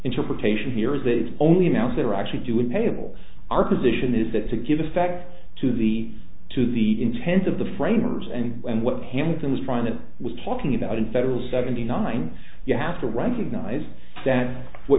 interpretation here is that it's only now they're actually doing payables our position is that to give effect to the to the intent of the framers and when what hamilton was trying to was talking about in federal seventy nine you have to recognize that what